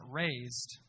raised